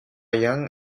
young